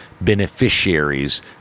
beneficiaries